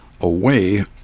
away